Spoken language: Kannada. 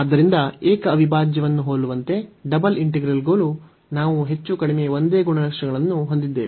ಆದ್ದರಿಂದ ಏಕ ಅವಿಭಾಜ್ಯವನ್ನು ಹೋಲುವಂತೆ ಡಬಲ್ ಇಂಟಿಗ್ರಲ್ಗೂ ನಾವು ಹೆಚ್ಚು ಕಡಿಮೆ ಒಂದೇ ಗುಣಲಕ್ಷಣಗಳನ್ನು ಹೊಂದಿದ್ದೇವೆ